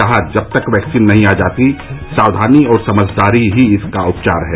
कहा जब तक वैक्सीन नहीं आ जाती सावधानी और समझदारी ही इसका उपचार है